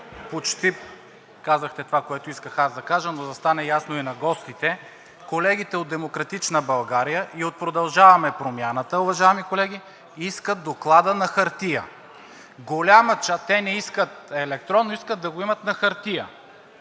почти казахте това, което исках и аз да кажа. За да стане ясно и на гостите – колегите от „Демократична България“ и от „Продължаваме Промяната“, уважаеми колеги, искат Доклада на хартия. Голяма част не искат електронно, искат да го имат на хартия,